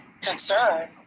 concern